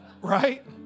Right